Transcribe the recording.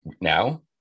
Now